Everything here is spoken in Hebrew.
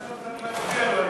מעכשיו צריך, לו, אני מבין.